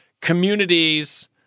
communities